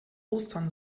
ostern